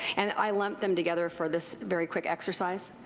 and i lumped them together for this very quick exercise.